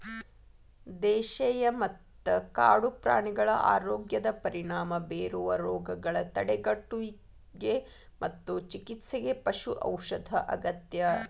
ದೇಶೇಯ ಮತ್ತ ಕಾಡು ಪ್ರಾಣಿಗಳ ಆರೋಗ್ಯದ ಪರಿಣಾಮ ಬೇರುವ ರೋಗಗಳ ತಡೆಗಟ್ಟುವಿಗೆ ಮತ್ತು ಚಿಕಿತ್ಸೆಗೆ ಪಶು ಔಷಧ ಅಗತ್ಯ